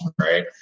right